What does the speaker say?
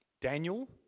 Daniel